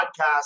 podcast